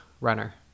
runner